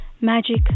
magic